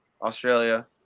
Australia